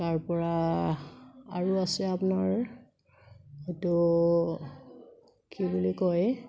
তাৰপৰা আৰু আছে আপোনাৰ এইটো কি বুলি কয়